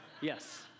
yes